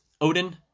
Odin